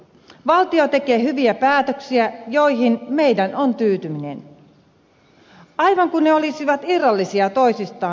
valtio tekee hyviä päätöksiä joihin meidän on tyytyminen aivan kuin ne olisivat irrallisia toisistaan